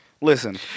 Listen